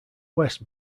west